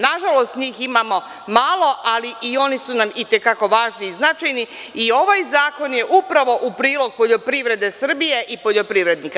Nažalost, njih imamo malo, ali i oni su nam i te kako važni i značajni i ovaj zakon je upravo u prilog poljoprivrede Srbije i naših poljoprivrednika.